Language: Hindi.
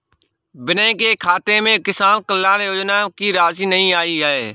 विनय के खाते में किसान कल्याण योजना की राशि नहीं आई है